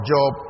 Job